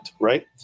right